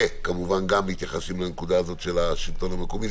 וכמובן גם מתייחסים לנקודה הזאת של השלטון המקומי,